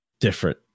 different